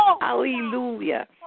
hallelujah